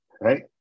right